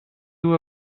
you